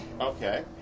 Okay